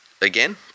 again